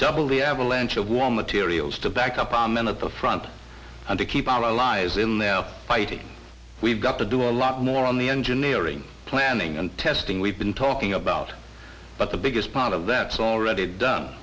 double the avalanche of war materials to back up our men at the front and to keep our allies in there fighting we've got to do a lot more on the engineering planning and testing we've been talking about but the biggest part of that's already done